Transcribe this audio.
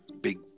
Big